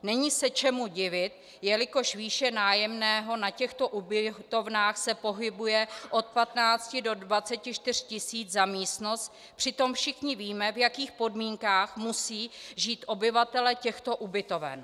Není se čemu divit, jelikož výše nájemného na těchto ubytovnách se pohybuje od 15 do 24 tis. za místnost, přitom všichni víme, v jakých podmínkách musí žít obyvatelé těchto ubytoven.